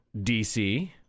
DC